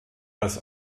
als